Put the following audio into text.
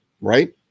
Right